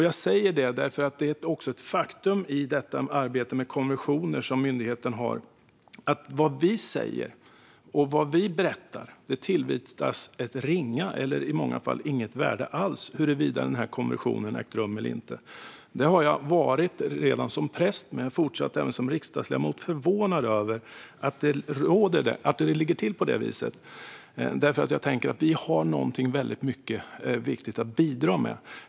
Jag säger det därför att det är ett faktum att vad vi säger och vad vi berättar tillmäts ett ringa värde, eller i många fall inget värde alls, i det arbete som myndigheten gör i fråga om huruvida en konversion ägt rum eller inte. Redan som präst var jag förvånad över att det ligger till på det viset, och det är jag som riksdagsledamot fortfarande. Vi har nämligen något väldigt viktigt att bidra med.